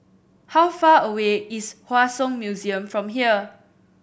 how far away is Hua Song Museum from here